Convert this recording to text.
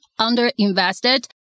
underinvested